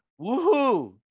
woohoo